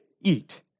eat